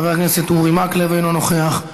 חברת הכנסת אורי מקלב, אינו נוכח,